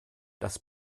das